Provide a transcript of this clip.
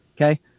Okay